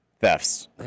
thefts